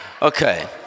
Okay